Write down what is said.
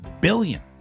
billion